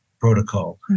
protocol